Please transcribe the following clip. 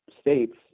states